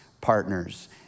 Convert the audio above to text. partners